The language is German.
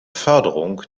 förderung